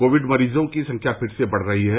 Covid मरीजों की संख्या फिर से बढ़ रही है